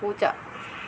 പൂച്ച